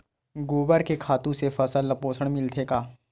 गोबर के खातु से फसल ल पोषण मिलथे का?